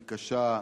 היא קשה,